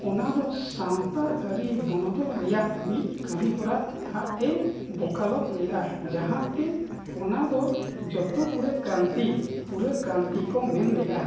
ᱚᱱᱟᱫᱚ ᱥᱟᱶᱛᱟ ᱟᱹᱨᱤ ᱵᱚᱱᱚᱫᱚᱞ ᱨᱮᱭᱟᱜ ᱢᱤᱫ ᱠᱟᱹᱢᱤ ᱦᱚᱨᱟ ᱦᱟᱜ ᱮ ᱵᱳᱠᱟᱞᱚᱛ ᱞᱮᱫᱟ ᱡᱟᱦᱟᱸᱛᱮ ᱚᱱᱟᱫᱚ ᱡᱚᱛᱚ ᱯᱩᱨᱟᱹ ᱠᱨᱟᱱᱛᱤ ᱯᱩᱨᱟᱹ ᱠᱨᱟᱱᱛᱤ ᱠᱚ ᱢᱮᱱ ᱞᱮᱫᱟ